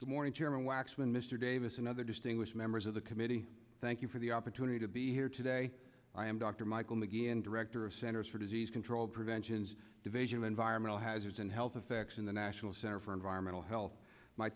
the morning chairman waxman mr davis and other distinguished members of the committee thank you for the opportunity to be here today i am dr michael mcginn director of centers for disease control preventions division of environmental hazards and health effects in the national center for environmental health my